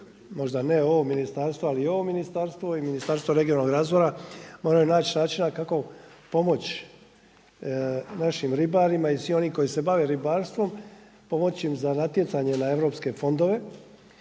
možda ne ovo ministarstvo ali i ovo ministarstvo i Ministarstvo regionalnog razvoja moraju naći načina kako pomoći našim ribarima. I svi oni koji se bave ribarstvom pomoći im za natjecanje na europske fondove